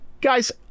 Guys